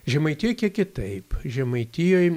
žemaitijoj kiek kitaip žemaitijoj